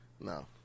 No